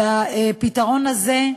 הפתרון לזה,